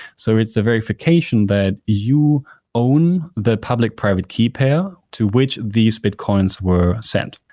so it's a verification that you own the public-private key pair to which these bitcoins were sent.